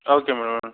okay madam